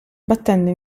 battendo